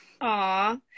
Aw